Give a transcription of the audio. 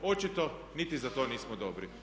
Očito niti za to nismo dobri.